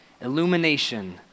Illumination